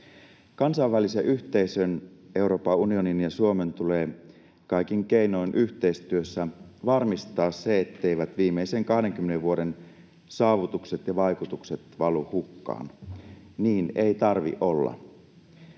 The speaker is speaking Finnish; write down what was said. Kansainvälisen yhteisön, Euroopan unionin ja Suomen tulee kaikin keinoin yhteistyössä varmistaa se, etteivät viimeisen 20 vuoden saavutukset ja vaikutukset valu hukkaan. Niin ei tarvitse olla.